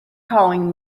calling